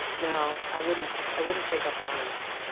no. i wouldn't i wouldn't take up arms.